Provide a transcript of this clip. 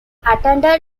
attended